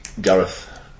Gareth